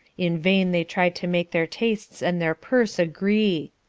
in vain they tried to make their tastes and their purse agree.